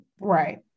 Right